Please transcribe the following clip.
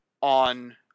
on